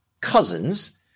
cousins